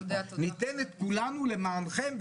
ניתן את כולנו למענכם.